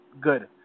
good